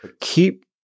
Keep